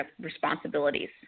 responsibilities